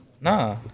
Nah